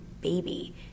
baby